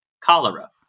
cholera